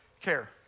care